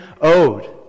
owed